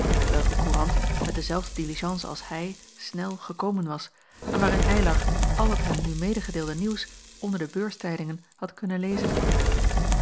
welke courant met dezelfde diligence als hij snel gekomen was en waarin eylar al het hem nu medegedeelde nieuws onder de beurstijdingen had kunnen lezen